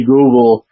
Google